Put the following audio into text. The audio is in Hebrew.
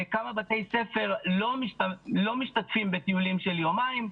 כמה בתי ספר לא משתתפים בטיולים של יומיים.